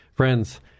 Friends